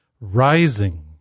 rising